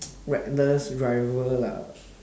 reckless driver lah